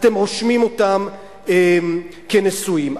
אתם רושמים אותם כנשואים.